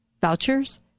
vouchers